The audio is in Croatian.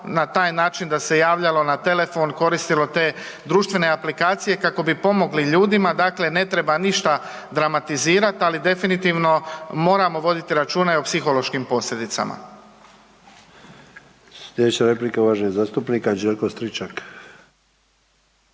na taj način da se javljalo na telefon koristilo te društvene aplikacije kako bi pomogli ljudima, dakle ne treba ništa dramatizirati ali definitivno moramo voditi računa i o psihološkim posljedicama.